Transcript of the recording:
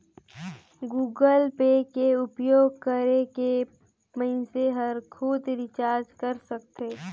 Google Pay के उपयोग करके मइनसे हर खुद रिचार्ज कर सकथे